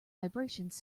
vibrations